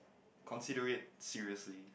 consider it seriously